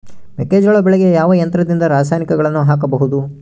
ಮೆಕ್ಕೆಜೋಳ ಬೆಳೆಗೆ ಯಾವ ಯಂತ್ರದಿಂದ ರಾಸಾಯನಿಕಗಳನ್ನು ಹಾಕಬಹುದು?